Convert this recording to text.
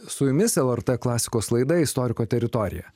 su jumis lrt klasikos laida istoriko teritorija